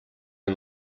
are